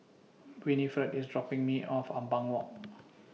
Winnifred IS dropping Me off Ampang Walk